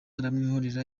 aramwihorera